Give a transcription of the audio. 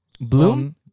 Bloom